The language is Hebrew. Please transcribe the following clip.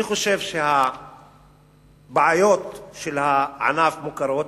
אני חושב שהבעיות של הענף מוכרות.